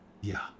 Yeah